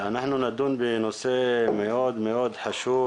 אנחנו נדון בנושא מאוד מאוד חשוב.